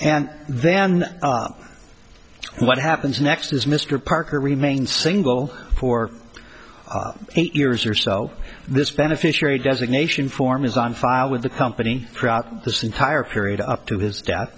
and then what happens next is mr parker remain single for eight years or so this beneficiary designation form is on file with the company this entire period up to his death